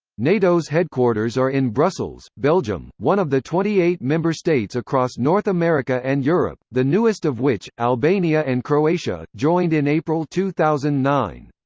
nato's headquarters are in brussels, belgium, one of the twenty eight member states across north america and europe, the newest of which, albania and croatia, joined in april two thousand and nine.